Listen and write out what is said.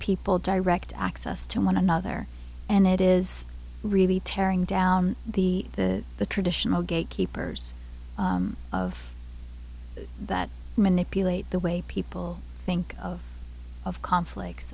people direct access to one another and it is really tearing down the the the traditional gatekeepers of that manipulate the way people think of of conflicts